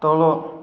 ତଳ